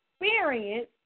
experience